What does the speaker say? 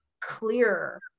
clearer